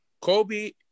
Kobe